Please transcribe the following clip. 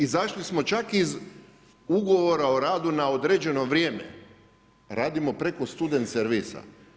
Izašli smo čak iz ugovora o radu na određeno vrijeme, radimo preko student servisa.